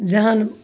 जहन